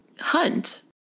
hunt